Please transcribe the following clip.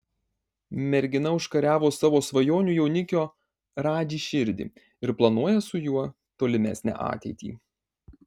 mergina užkariavo savo svajonių jaunikio radži širdį ir planuoja su juo tolimesnę ateitį